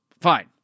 fine